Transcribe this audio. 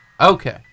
okay